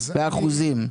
באחוזים?